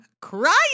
crying